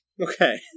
Okay